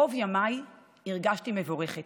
רוב ימיי הרגשתי מבורכת.